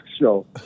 show